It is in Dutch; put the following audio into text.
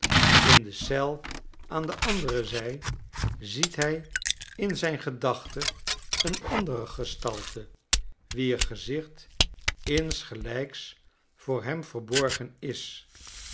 in de eel aan de andere zij ziet hij in zijn gedachte een andere gestalte wier gezicht insgelijks voor hem verborgen is